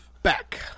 Back